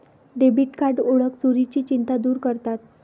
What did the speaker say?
debit card ओळख चोरीची चिंता दूर करतात